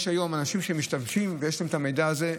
יש היום אנשים שמשתמשים, ויש להם המידע הזה.